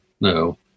No